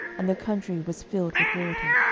and the country was filled with water.